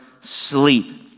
sleep